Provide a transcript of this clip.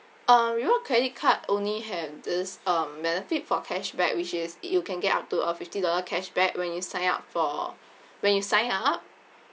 um your credit card only had this um benefit for cashback which is you can get up to a fifty dollar cashback when you sign up for when you sign up